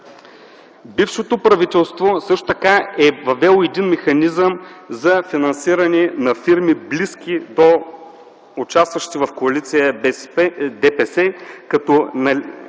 Бившето правителство също така е въвело механизъм за финансиране на фирми – близки до участващи в коалицията БСП-ДПС, като